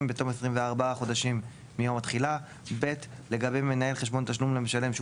- בתום 24 חודשים מיום התחילה; לגבי מנהל חשבון תשלום למשלם שהוא